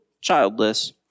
childless